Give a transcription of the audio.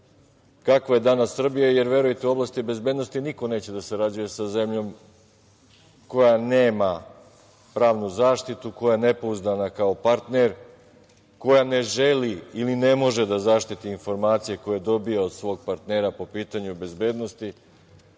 kakva je danas Srbije, jer verujte u oblasti bezbednosti niko neće da sarađuje sa zemljom koja nema pravnu zaštitu, koja je nepouzdana kao partner, koja ne želi ili ne može da zaštiti informacije koje dobije od svog partnera po pitanju bezbednosti.